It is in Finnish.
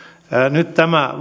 nyt tämä